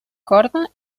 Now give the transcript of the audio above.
corda